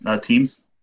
teams